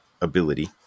ability